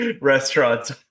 restaurants